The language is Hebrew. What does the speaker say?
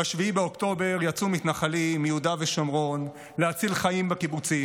ב-7 באוקטובר יצאו מתנחלים מיהודה ושומרון להציל חיים בקיבוצים.